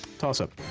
toss-up.